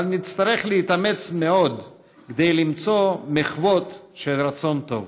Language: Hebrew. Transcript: אבל נצטרך להתאמץ מאוד כדי למצוא בה מחוות של רצון טוב.